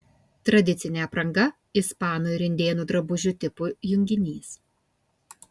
tradicinė apranga ispanų ir indėnų drabužių tipų junginys